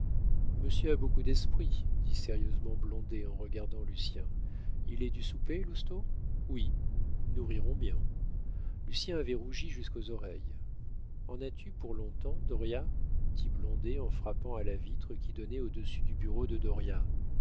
monsieur a beaucoup d'esprit dit sérieusement blondet en regardant lucien il est du souper lousteau oui nous rirons bien lucien avait rougi jusqu'aux oreilles en as-tu pour long-temps dauriat dit blondet en frappant à la vitre qui donnait au-dessus du bureau de